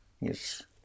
yes